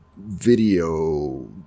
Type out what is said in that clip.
video